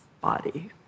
body